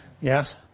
Yes